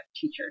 teacher